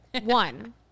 One